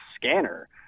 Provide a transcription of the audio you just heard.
scanner